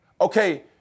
Okay